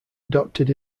adopted